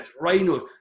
rhinos